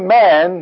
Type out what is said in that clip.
man